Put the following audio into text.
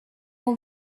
all